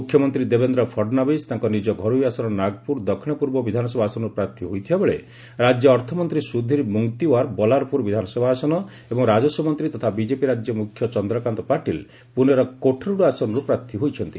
ମୁଖ୍ୟମନ୍ତ୍ରୀ ଦେବେନ୍ଦ୍ର ଫଡ଼ନାବିଶ୍ ତାଙ୍କ ନିଜ ଘରୋଇ ଆସନ ନାଗପୁର ଦକ୍ଷିଣ ପୂର୍ବ ବିଧାନସଭା ଆସନରୁ ପ୍ରାର୍ଥୀ ହୋଇଥିବା ବେଳେ ରାଜ୍ୟ ଅର୍ଥମନ୍ତ୍ରୀ ସୁଧିର ମୁଙ୍ଗତିୱାର ବଲାରପୁର ବିଧାନସଭା ଆସନ ଏବଂ ରାଜସ୍ୱ ମନ୍ତ୍ରୀ ତଥା ବିଜେପି ରାଜ୍ୟ ମୁଖ୍ୟ ଚନ୍ଦ୍ରକାନ୍ତ ପାଟିଲ ପୁନେର କୋଠରୁଡ ଆସନରୁ ପ୍ରାର୍ଥୀ ହୋଇଛନ୍ତି